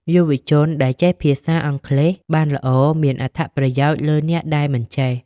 យុវជនដែលចេះភាសាអង់គ្លេសបានល្អមានអត្ថប្រយោជន៍លើអ្នកដែលមិនចេះ។